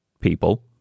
people